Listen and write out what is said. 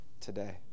today